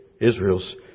Israel's